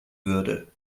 würde